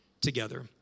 together